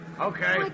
Okay